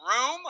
room